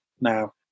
now